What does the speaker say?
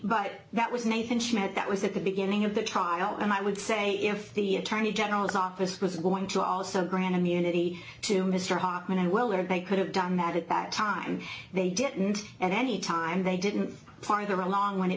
but that was nathan schmidt that was at the beginning of the trial and i would say if the attorney general's office was going to also grant immunity to mr hoffman and well or they could have done that at that time they didn't at any time they didn't part of the along when it